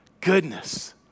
goodness